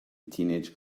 teenage